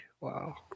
wow